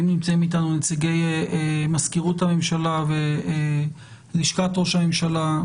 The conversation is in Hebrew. ואם נמצאים איתנו נציגי מזכירות הממשלה ולשכת ראש הממשלה,